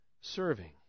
serving